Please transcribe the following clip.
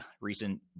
recent